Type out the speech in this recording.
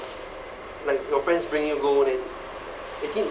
like your friends bring you go then eighteen